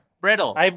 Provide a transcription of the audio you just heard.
Brittle